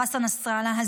Hassan Nasrallah,